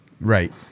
Right